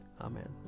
Amen